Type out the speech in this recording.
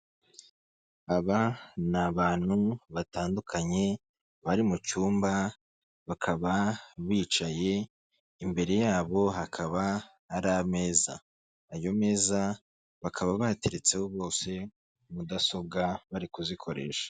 Aba ni abantu batandukanye, bari mu cyumba, bakaba bicaye, imbere yabo hakaba hari ameza, ayo meza bakaba bayateretseho bose mudasobwa, bari kuzikoresha.